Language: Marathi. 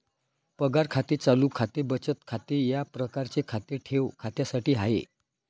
पगार खाते चालू खाते बचत खाते या प्रकारचे खाते ठेव खात्यासाठी आहे